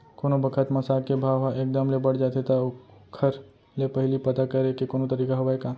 कोनो बखत म साग के भाव ह एक दम ले बढ़ जाथे त ओखर ले पहिली पता करे के कोनो तरीका हवय का?